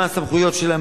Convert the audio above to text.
מה הסמכויות שלהם,